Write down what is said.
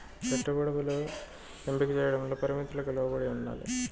పెట్టుబడులు ఎంపిక చేయడంలో పరిమితులకు లోబడి ఉండాలి